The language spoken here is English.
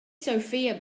sophia